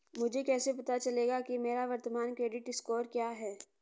मुझे कैसे पता चलेगा कि मेरा वर्तमान क्रेडिट स्कोर क्या है?